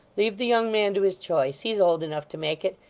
leave the young man to his choice he's old enough to make it,